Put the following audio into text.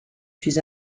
suis